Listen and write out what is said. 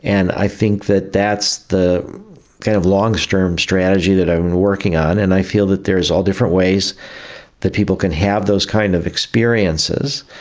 and i think that that's the kind of long-term strategy that i'm working on, and i feel that there are all different ways that people can have those kind of experiences.